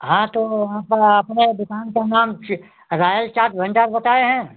हाँ तो आप अपने दुकान का नाम च रॉयल चाट भंडार बताए हैं